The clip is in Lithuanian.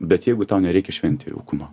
bet jeigu tau nereikia šventei jaukumo